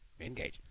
Engage